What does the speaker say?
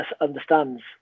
understands